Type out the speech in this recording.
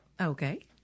Okay